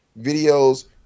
videos